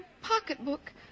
Pocketbook